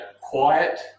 quiet